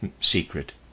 secret